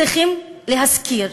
צריכים להזכיר.